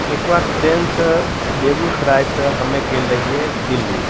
एकबेर ट्रेनसे बेगूसरायसे हमे गेल रहिए दिल्ली